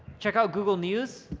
check out google news.